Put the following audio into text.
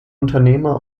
unternehmer